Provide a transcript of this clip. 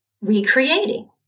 recreating